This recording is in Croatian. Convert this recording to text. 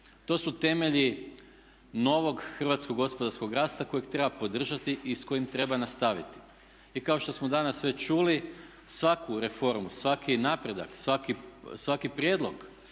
to su temelji novog hrvatskog gospodarskog rasta kojeg treba podržati i s kojim treba nastaviti. I kao što smo danas već čuli svaku reformu, svaki napredak, svaki prijedlog